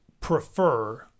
prefer